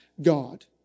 God